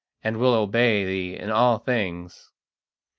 and will obey thee in all things.